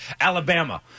Alabama